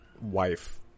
wife